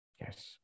Yes